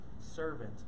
servant